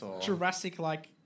Jurassic-like